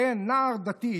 נער דתי.